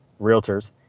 realtors